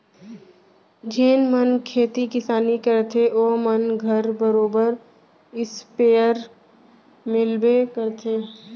जेन मन खेती किसानी करथे ओ मन घर बरोबर इस्पेयर मिलबे करथे